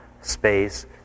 space